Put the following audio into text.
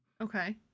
Okay